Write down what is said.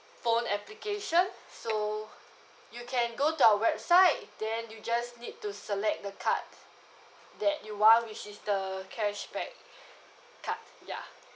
phone application so you can go to our website then you just need to select the card that you want which is the cashback card ya